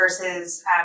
versus